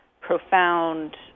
profound